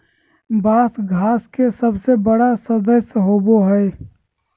बाँस घास के सबसे बड़ा सदस्य होबो हइ